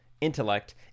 intellect